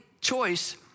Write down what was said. choice